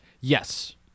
yes